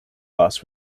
bus